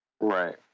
Right